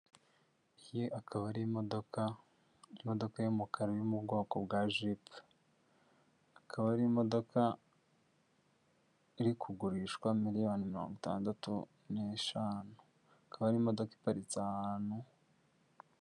Iyi akaba ari imodoka y'umukara yo mu bwoko bwa jipe, akaba ari imodoka iri kugurishwa miriyoni mirongo itandatu n'eshanu, ikaba ari imodoka iparitse ahantu.